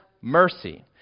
mercy